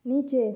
নিচে